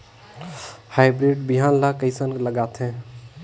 Hybrid बिहान ला कइसन लगाथे?